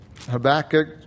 Habakkuk